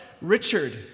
Richard